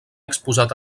exposat